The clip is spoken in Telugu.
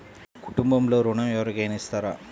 కుటుంబంలో ఋణం ఎవరికైనా ఇస్తారా?